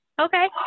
Okay